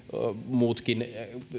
muutkin